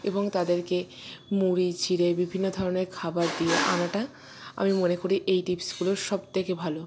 এবং তাদেরকে মুড়ি চিড়ে বিভিন্ন ধরণের খাবার দিয়ে আনাটা আমি মনে করি এই টিপসগুলো সব থেকে ভালো